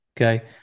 Okay